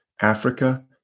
Africa